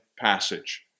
passage